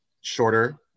Shorter